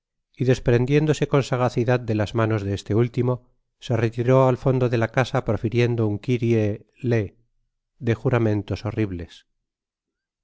y desprendiéndose con sagacidad de las manos de este último se retiró al fondo de la casa profiriendo un kirie le de juramentos horribles